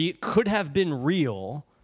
could-have-been-real